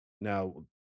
Now